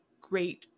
great